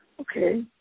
Okay